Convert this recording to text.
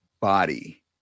body